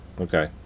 Okay